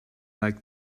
like